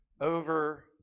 over